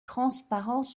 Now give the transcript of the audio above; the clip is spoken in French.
transparents